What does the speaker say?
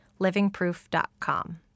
livingproof.com